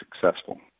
successful